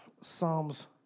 Psalms